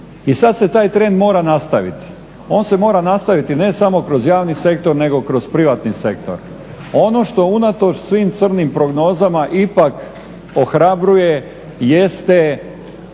I sad se taj trend mora nastaviti. On se mora nastaviti ne samo kroz javni sektor, nego kroz privatni sektor. Ono što unatoč svim crnim prognozama ipak ohrabruje jeste